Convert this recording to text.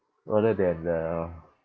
rather than the